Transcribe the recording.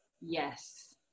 Yes